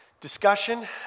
discussion